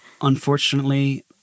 unfortunately